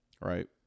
right